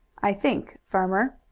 i think, farmer,